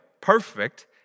perfect